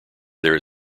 there